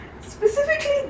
specifically